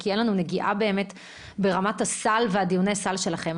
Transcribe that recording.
וכי אין לנו נגיעה באמת ברמת הסל ודיוני הסל שלכם.